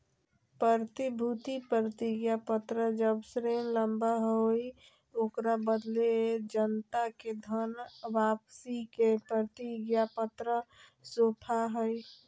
प्रतिभूति प्रतिज्ञापत्र जब ऋण लाबा हइ, ओकरा बदले जनता के धन वापसी के प्रतिज्ञापत्र सौपा हइ